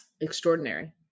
Extraordinary